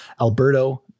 Alberto